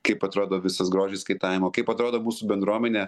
kaip atrodo visas grožis kaitavimo kaip atrodo mūsų bendruomenė